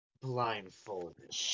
blindfolded